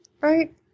Right